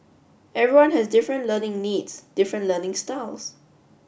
everyone has different learning needs different learning styles